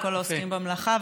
לכל העוסקים במלאכה,